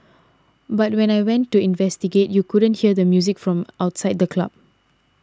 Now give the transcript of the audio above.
but when I went to investigate you couldn't hear the music from outside the club